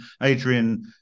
Adrian